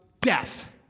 death